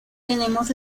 tenemos